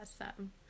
awesome